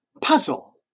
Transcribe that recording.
puzzle